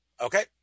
Okay